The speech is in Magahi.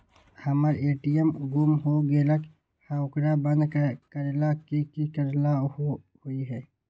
हमर ए.टी.एम गुम हो गेलक ह ओकरा बंद करेला कि कि करेला होई है?